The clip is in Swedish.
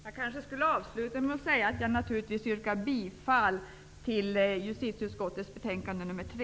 Jag kanske skulle avsluta med att säga att jag naturligtvis yrkar bifall till utskottets hemställan i justitieutskottets betänkande nr 3.